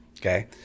okay